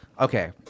Okay